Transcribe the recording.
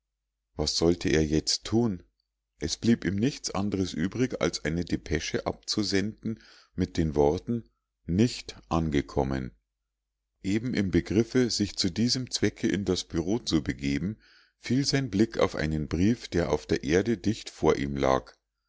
was sollte er jetzt thun es blieb ihm nichts andres übrig als eine depesche abzusenden mit den worten nicht angekommen eben im begriffe sich zu diesem zwecke in das bureau zu begeben fiel sein blick auf einen brief der auf der erde dicht vor ihm lag